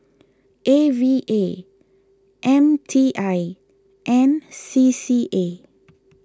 A V A M T I and C C A